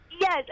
Yes